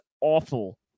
awful